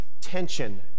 tension